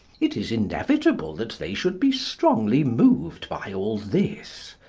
it is inevitable that they should be strongly moved by all this.